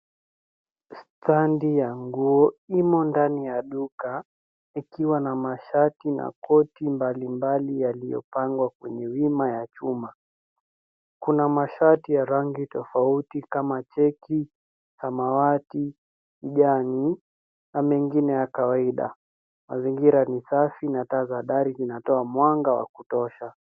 Standi ya nguo imo ndani ya duka, nikiwa na masharti na koti mbalimbali yaliyopangwa kwenye wima ya chuma. Kuna masharti ya rangi tofauti kama cheki, samawati, kijani na mengine ya kawaida. Mazingira ni safi na tazaa dari zinatoa mwanga wa kutosha.